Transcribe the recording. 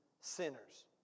sinners